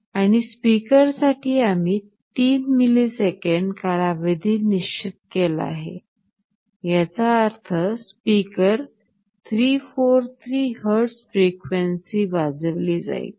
आणि स्पीकरसाठी आम्ही 3 मिली सेकंद कालावधी निश्चित केला आहे याचा अर्थ स्पीकरवर 343 हर्ट्ज frequency वाजविली जाईल